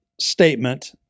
statement